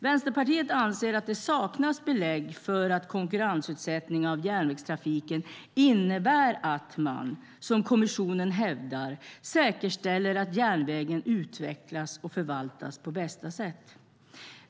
Vänsterpartiet anser att det saknas belägg för att konkurrensutsättningen av järnvägstrafiken innebär att man, som kommissionen hävdar, säkerställer att järnvägen utvecklas och förvaltas på bästa sätt.